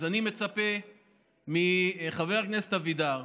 אז אני מצפה מחבר הכנסת אבידר,